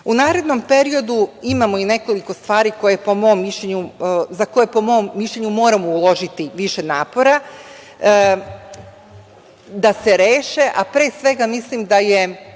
narednom periodu imamo i nekoliko stvari koje po mom mišljenju moramo uložiti više napora da se reše, a pre svega mislim da